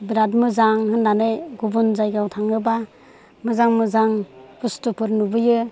बेराद मोजां होननानै गुबुन जायगायाव थाङोबा मोजां मोजां बुस्तुफोर नुबोयो